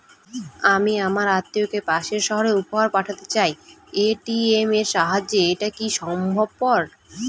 আমি আমার আত্মিয়কে পাশের সহরে উপহার পাঠাতে চাই আমার এ.টি.এম এর সাহায্যে এটাকি সম্ভবপর?